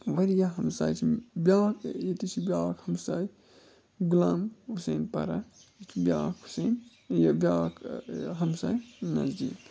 واریاہ ہَمساے چھِ بیٛاکھ ییٚتہِ چھِ بیٛاکھ ہَمساے غُلام حُسین پَرہ یہِ چھِ بیٛاکھ حُسین یہِ بیٛاکھ ہَمساے نزدیٖک